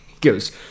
goes